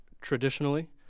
traditionally